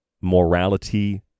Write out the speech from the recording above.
morality